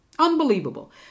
Unbelievable